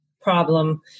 problem